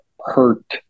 hurt